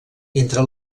entre